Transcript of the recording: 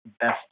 best